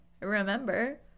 remember